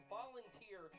volunteer